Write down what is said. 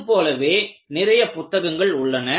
இது போலவே நிறைய புத்தகங்கள் உள்ளன